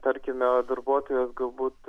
tarkime darbuotojas galbūt